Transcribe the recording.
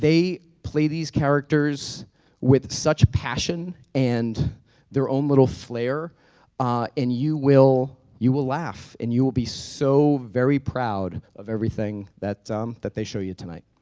play these characters with such passion and their own little flare and you will you will laugh and you will be so very proud of everything that that they show you tonight.